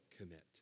commit